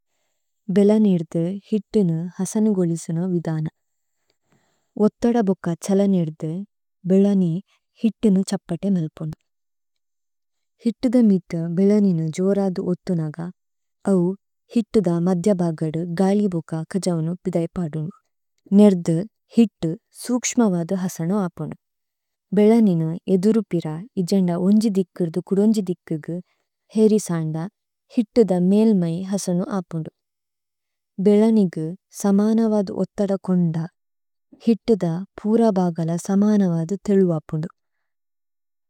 ഭേല നേദു ഹിത്തുനു ഹസനു ഗോലിസുനു വിദന। ഓഥദ ബോക ഛല നേദു, ബേല നി ഹിത്തുനു ഛപതേ മേല്പുനു। ഹിത്തുദ മിതു ബേല നിനു ജോരദു ഓതുനഗ, അവു ഹിത്തുദ മദ്ദ്യ ബഗദു ഗാലി ബോക കജൌനു പിദേഇപദുനു। നേര്ദു ഹിത്തു സുക്ശ്മവദു ഹസനു അപുനു। ഭേല നിനു ഏദുരുപിര ഇജന്ദ ഓന്ജി ദിക്കിരുദു കുദോന്ജി ദിക്കിഗു, ഹേരിസന്ദ ഹിത്തുദ മേല്മൈ ഹസനു അപുനു। ഭേല നിഗു സമനവദു ഓത്ഥദ കോന്ദ, ഹിത്തുദ പുര ബഗല സമനവദു തേലുവപുനു।